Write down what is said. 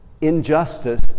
injustice